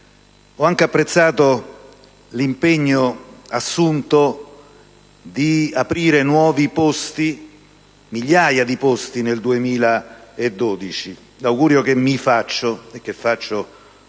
Ho inoltre apprezzato l'impegno assunto di realizzare nuovi posti, migliaia di posti, nel 2012. L'augurio che mi faccio e che rivolgo